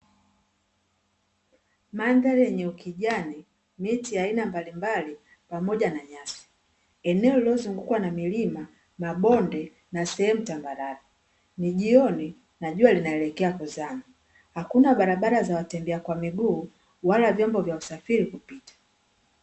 Mandhari yenye ukijani, miti ya aina mbalimbali pamoja na nyasi, eneo lililozungukwa na milima, mabonde na sehemu tambarale, ni jioni na jua linaelekea kuzama. Hakuna barabara za watembea kwa miguu wala vyombo vya usafiri kupita.